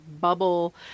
bubble